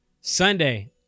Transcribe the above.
Sunday